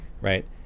Right